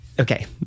Okay